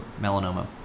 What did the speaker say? melanoma